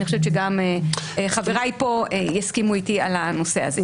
אני חושבת שגם חבריי כאן יסכימו איתי על הנושא הזה.